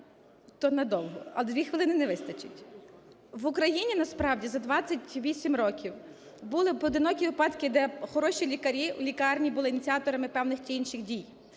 То надовго, а 2 хвилини не вистачить. В Україні насправді за 28 років були поодинокі випадки, де хороші лікарі в лікарні були ініціаторами певних чи інших дій.